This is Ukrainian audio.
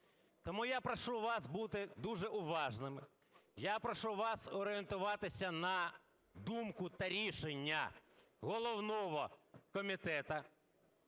Тому я прошу вас бути дуже уважними, я прошу вас орієнтуватися на думку та рішення головного комітету,